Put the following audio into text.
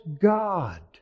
God